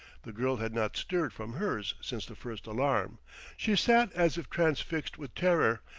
the girl had not stirred from hers since the first alarm she sat as if transfixed with terror,